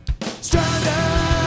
Stranded